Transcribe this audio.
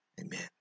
Amen